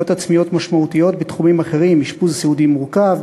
עצמיות משמעותיות בתחומים אחרים: אשפוז סיעודי מורכב,